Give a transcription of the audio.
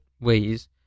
ways